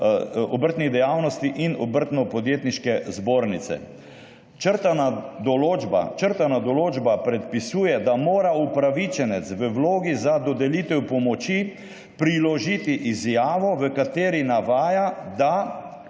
obrti in podjetnikov ter Obrtno-podjetniške zbornice. Črtana določba predpisuje, da mora upravičenec v vlogi za dodelitev pomoči priložiti izjavo, v kateri navaja, da,